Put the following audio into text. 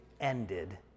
ended